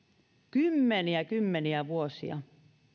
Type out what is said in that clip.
kymmeniä kymmeniä vuosia